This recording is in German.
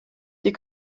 die